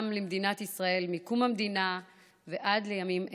למדינת ישראל מקום המדינה ועד לימים אלה.